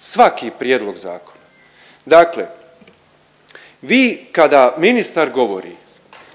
Svaki prijedlog zakona. Dakle vi kada ministar govori